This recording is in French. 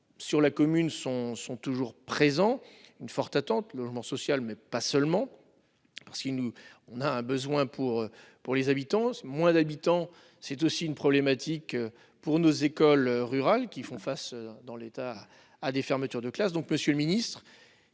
Sur la commune sont sont toujours présents, une forte attente logement social mais pas seulement. Parce que nous on a un besoin pour pour les habitants. Moins d'habitants, c'est aussi une problématique pour nos écoles rurales qui font face dans l'État à des fermetures de classes. Donc Monsieur le Ministre,